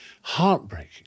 heartbreaking